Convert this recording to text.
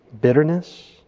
Bitterness